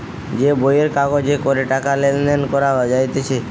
যে বইয়ের কাগজে করে টাকা লেনদেন করা যাইতেছে